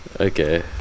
okay